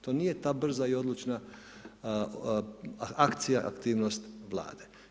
To nije ta brza i odlučna akcija, aktivnost Vlade.